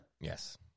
yes